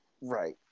Right